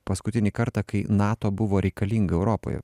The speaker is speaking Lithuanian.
paskutinį kartą kai nato buvo reikalinga europoje